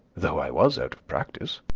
though i was out of practice.